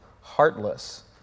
heartless